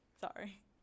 Sorry